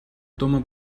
toma